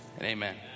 amen